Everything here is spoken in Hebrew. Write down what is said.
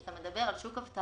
כשאתה מדבר על שוק אבטלה,